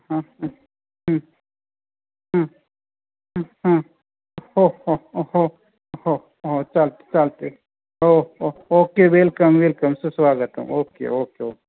हां हां हो हो हो हो चालते चालत आहे हो हो ओके वेलकम वेलकम सुस्वागतम् ओके ओके ओके